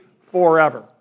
forever